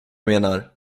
menar